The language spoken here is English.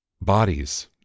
Bodies